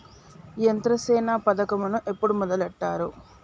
యంత్రసేవ పథకమును ఎప్పుడు మొదలెట్టారు?